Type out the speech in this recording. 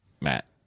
Matt